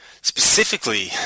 specifically